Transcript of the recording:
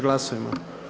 Glasujmo.